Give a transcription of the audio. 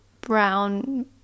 brown